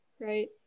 Right